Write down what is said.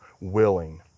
willing